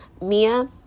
Mia